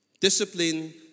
Discipline